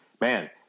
man